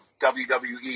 WWE